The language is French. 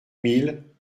mille